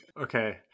Okay